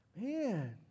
man